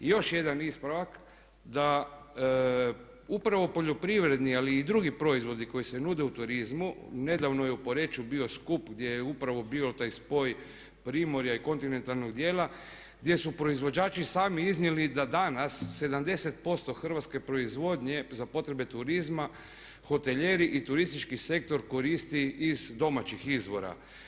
I još jedan ispravak, da upravo poljoprivredni ali i drugi proizvodi koji se nude u turizmu, nedavno je u Poreču bio skup gdje je upravo bio taj spoj primorja i kontinentalnog dijela gdje su proizvođači sami iznijeli da danas 70% hrvatske proizvodnje za potrebe turizma hotelijeri i turistički sektor koristi iz domaćih izvora.